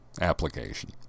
application